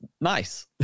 nice